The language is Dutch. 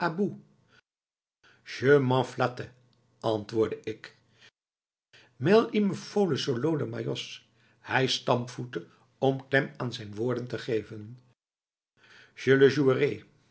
antwoordde ik mais il me faut le solo de majôsz hij stampvoette om klem aan zijn woorden te geven